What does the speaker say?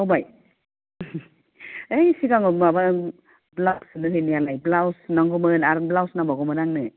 बावबाय ओइ सिगाङाव माबा ब्लाउस सुनो हैनायालाय ब्लाउस सुनांगौमोन आरो ब्लाउस नांबावगौमोन आंनो